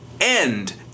end